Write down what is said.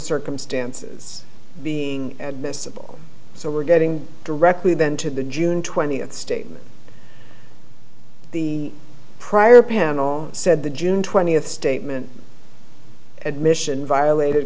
circumstances being this so we're getting directly then to the june twentieth statement the prior panel said the june twentieth statement admission violated